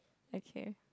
okay